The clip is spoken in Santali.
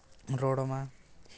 ᱨᱚᱲ ᱟᱢᱟ